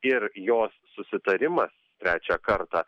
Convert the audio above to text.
ir jos susitarimas trečią kartą